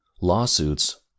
lawsuits